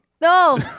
No